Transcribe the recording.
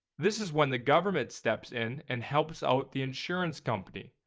this is when the government steps in and helps out the insurance company.